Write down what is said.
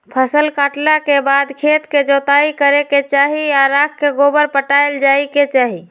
फसल काटला के बाद खेत के जोताइ करे के चाही आऽ राख गोबर पटायल जाय के चाही